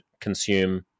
consume